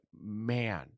man